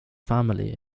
family